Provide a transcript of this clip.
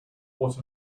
what